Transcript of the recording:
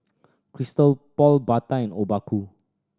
Christian Paul Bata and Obaku